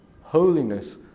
holiness